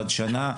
עד שנה,